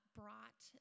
brought